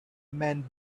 men